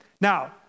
Now